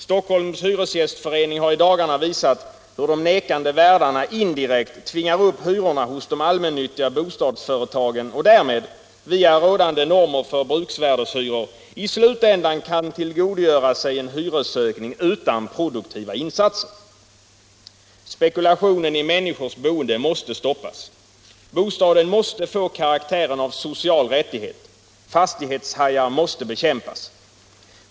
Stockholms hyresgästförening har i dagarna visat hur de nekande värdarna indirekt tvingar upp hyrorna hos de allmännyttiga bostadsföretagen och därmed — via rådande normer för bruksvärdeshyror —- i slutändan kan tillgodogöra sig en hyresökning utan produktiva insatser. Spekulationen i människors boende måste stoppas. Bostaden måste få karaktären av social rättighet! Fastighetshajar måste bekämpas!